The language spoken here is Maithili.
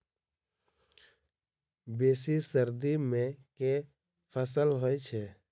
बेसी सर्दी मे केँ फसल होइ छै?